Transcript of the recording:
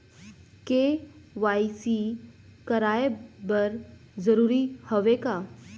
KYC कराय बर जरूरी हवे का?